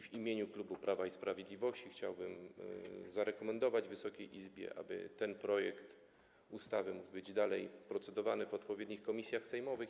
W imieniu klubu Prawa i Sprawiedliwości chciałbym zarekomendować Wysokiej Izbie, zaproponować, aby ten projekt ustawy mógł być dalej procedowany w odpowiednich komisjach sejmowych.